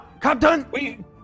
Captain